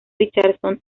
richardson